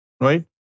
Right